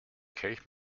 kelch